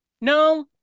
No